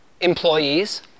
employees